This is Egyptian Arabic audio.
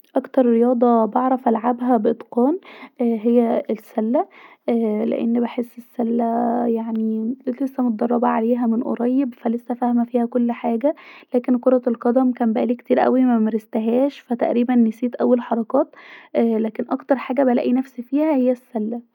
اكتر رياضه بعرف العبها بإتقان هي السله لأن هي انا بحس السله لاني بحس السله هي يعني ااا لسا مدربه عليها من قريب ف لسا فاهمه فيها كل حاجه لاكن كره القدم كان بقالي كتير اوي ما مرستهاش ف تقريباً نسيت اول حركات اااا لاكن أكتر حاجه بلاقي نفسي فيها هي السله